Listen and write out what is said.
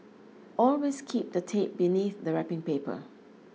always keep the tape beneath the wrapping paper